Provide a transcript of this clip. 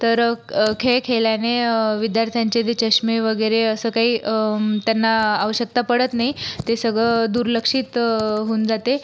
तर खेळ खेळल्याने विद्यार्थ्यांचे जे चष्मे वगैरे असं काही त्यांना आवश्यकता पडत नाही ते सगळं दुर्लक्षित होऊन जाते